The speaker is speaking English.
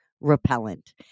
repellent